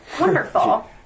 Wonderful